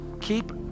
keep